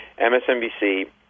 MSNBC